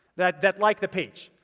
that that like the page.